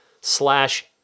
slash